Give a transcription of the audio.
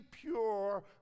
pure